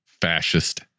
fascist